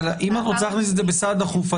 אבל אם את רוצה להכניס את זה בסעד דחוף,